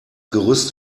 gerüst